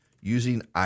using